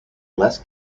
less